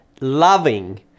loving